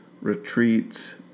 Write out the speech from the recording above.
retreats